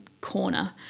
corner